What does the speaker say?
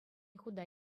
хута